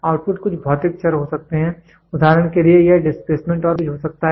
output कुछ भौतिक चर हो सकते हैं उदाहरण के लिए यह डिस्प्लेसमेंट और वोल्टेज हो सकता है